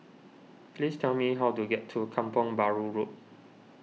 please tell me how to get to Kampong Bahru Road